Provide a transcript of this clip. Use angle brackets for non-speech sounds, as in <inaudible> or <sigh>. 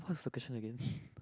what's the question again <breath>